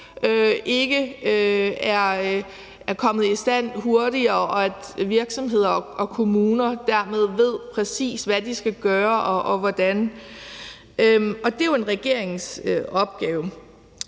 ikke er kommet i stand hurtigere, så virksomheder og kommuner dermed ved, præcis hvad de skal gøre, og hvordan. Og det er jo regeringens opgave.